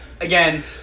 again